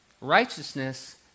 Righteousness